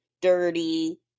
dirty